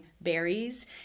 berries